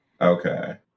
Okay